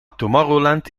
tomorrowland